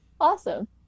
awesome